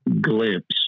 glimpse